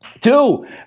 Two